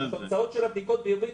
התוצאות של הבדיקות בעברית,